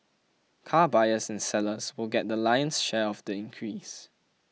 car buyers and sellers will get the lion's share of the increase